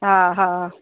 हा हा